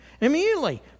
immediately